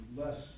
less